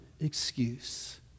excuse